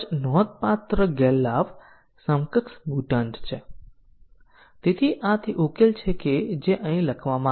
સ્ટેટમેન્ટની વ્યાખ્યા સમૂહ સામાન્ય રીતે એક વેરિયેબલ હશે જ્યારે સ્ટેટમેન્ટ S નો ઉપયોગ સમૂહ ઘણા વેરિયેબલ હોઈ શકે છે